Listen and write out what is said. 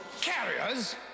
Carriers